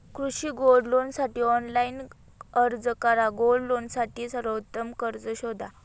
कृषी गोल्ड लोनसाठी ऑनलाइन अर्ज करा गोल्ड लोनसाठी सर्वोत्तम कर्ज शोधा